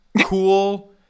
cool